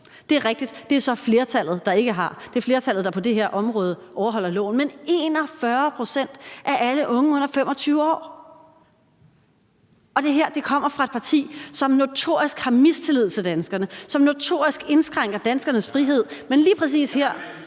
Det er rigtigt, at det så er flertallet, der ikke har. Det er flertallet, der på det her område overholder loven. Men vi taler om 41 pct. af alle unge under 25 år. Og det her kommer fra et parti, som notorisk har mistillid til danskerne, som notorisk indskrænker danskernes frihed, men lige præcis her